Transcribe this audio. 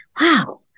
wow